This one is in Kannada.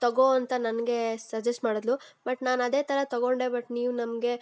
ತಗೋ ಅಂತ ನನಗೆ ಸಜೆಸ್ಟ್ ಮಾಡಿದ್ಳು ಬಟ್ ನಾನು ಅದೇ ಥರ ತಗೊಂಡೆ ಬಟ್ ನೀವು ನಮಗೆ